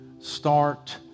start